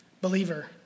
Believer